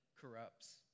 corrupts